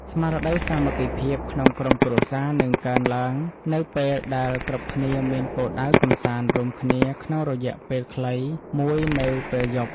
ស្មារតីសាមគ្គីភាពក្នុងក្រុមគ្រួសារនឹងកើនឡើងនៅពេលដែលគ្រប់គ្នាមានគោលដៅកម្សាន្តរួមគ្នាក្នុងរយៈពេលខ្លីមួយនៅពេលយប់។